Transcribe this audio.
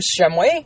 Shemway